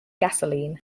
gasoline